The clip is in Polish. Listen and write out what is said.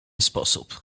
sposób